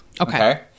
Okay